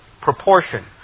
proportion